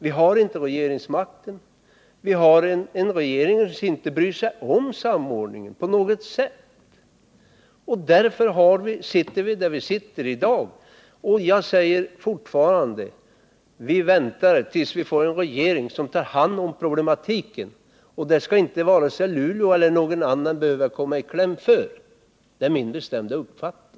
Vi har inte regeringsmakten, utan vi har en regering som inte alls bryr sig om samordningen. Därför sitter vidär vi sitter i dag. Jag säger fortfarande: Vi väntar tills vi får en regering som tar hand om problematiken. Varken Luleå eller någon annan ort skall behöva komma i kläm. Det är min bestämda uppfattning.